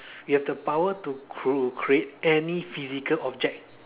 mm you have the power to create any physical object